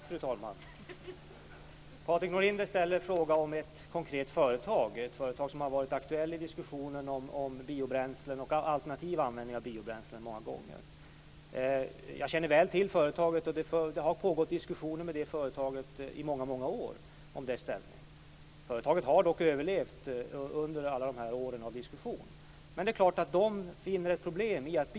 Fru talman! Patrik Norinder ställde en konkret fråga om ett företag som många gånger har varit aktuellt i diskussionen om biobränslen och alternativ användning av biobränslen. Jag känner väl till företaget. I många år har det pågått diskussioner med det företaget om dess ställning. Företaget har dock överlevt under alla år som diskussionen pågått. Det är klart att man ser ett problem här.